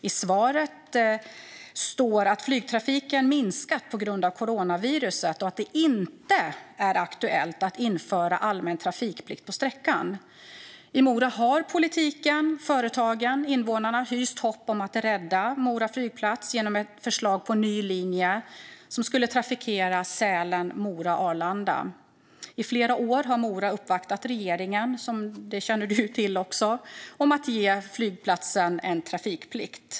I svaret står att flygtrafiken minskat på grund av coronaviruset och att det inte är aktuellt att införa allmän trafikplikt på sträckan. I Mora har politiken, företagen och invånarna hyst hopp om att rädda Mora flygplats genom ett förslag på ny linje som skulle trafikera Sälen-Mora-Arlanda. I flera år har Mora uppvaktat regeringen - det känner du till - om att ge flygplatsen trafikplikt.